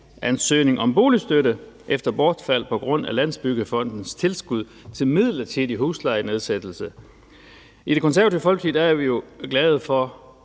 genansøgning om boligstøtte efter bortfald på grund af Landsbyggefondens tilskud til midlertidig huslejenedsættelse. I Det Konservative Folkeparti er vi jo glade for